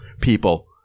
people